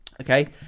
Okay